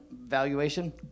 valuation